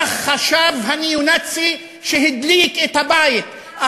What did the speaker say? כך חשב הניאו-נאצי שהדליק את הבית.